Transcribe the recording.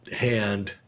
hand